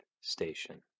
Station